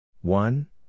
one